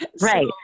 Right